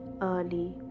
early